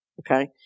Okay